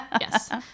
Yes